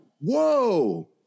Whoa